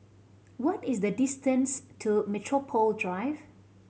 what is the distance to Metropole Drive